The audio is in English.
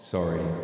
Sorry